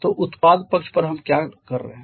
तो उत्पाद पक्ष पर हम क्या कर रहे हैं